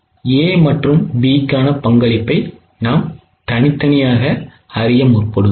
A மற்றும் B க்கான பங்களிப்பை நாம் தனித்தனியாக அறிவோம்